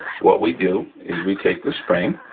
what we do is we take this spring,